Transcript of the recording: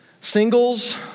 Singles